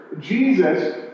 Jesus